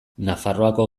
nafarroako